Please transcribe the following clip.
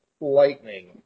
Lightning